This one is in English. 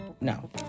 no